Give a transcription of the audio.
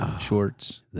Shorts